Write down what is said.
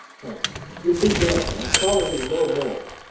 hence, get thee gone, and follow me no more.